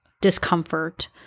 discomfort